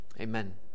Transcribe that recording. Amen